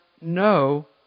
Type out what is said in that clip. no